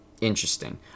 Interesting